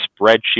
spreadsheet